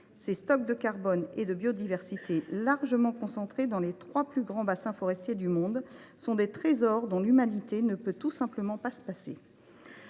Ces stocks de carbone et de biodiversité, largement concentrés dans les trois plus grands bassins forestiers du monde, sont des trésors dont l’Humanité ne peut tout simplement pas se passer.